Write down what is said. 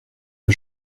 que